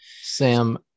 Sam